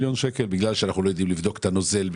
בגלל שאנחנו לא יודעים לבדוק את הנוזל,